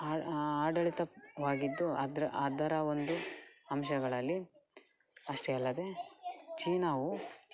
ಆ ಆಡಳಿತವಾಗಿದ್ದು ಅದರ ಅದರ ಒಂದು ಅಂಶಗಳಲ್ಲಿ ಅಷ್ಟೇ ಅಲ್ಲದೆ ಚೀನಾವು